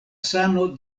sano